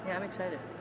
i'm excited!